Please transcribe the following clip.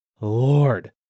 lord